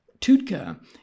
Tutka